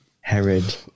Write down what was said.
Herod